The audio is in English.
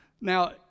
Now